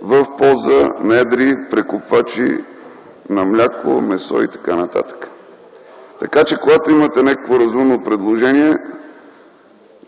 в полза на едри прекупвачи на мляко, месо и т.н. Така че, когато имате някакво разумно предложение